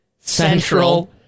Central